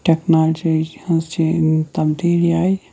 technology ہِنٛز change تَبدیٖلی آیہِ